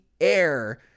air